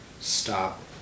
stop